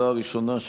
ההודעה הראשונה,